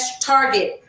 Target